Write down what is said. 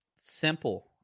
simple